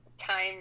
time